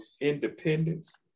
independence